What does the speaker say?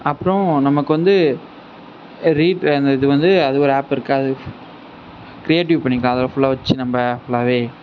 அப்பறம் நமக்கு வந்து ரீட் அந்த இது வந்து அது ஒரு ஆப் இருக்குது அது கிரேயேட்டிவ் பண்ணிக்கலாம் அதில் ஃபுல்லாக வச்சு நம்ம ஃபுல்லாகவே